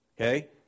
Okay